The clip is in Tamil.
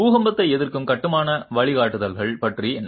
பூகம்பத்தை எதிர்க்கும் கட்டுமான வழிகாட்டுதல்கள் பற்றி என்ன